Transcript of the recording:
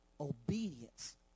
Obedience